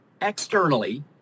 externally